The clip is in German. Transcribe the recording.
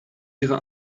ihre